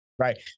Right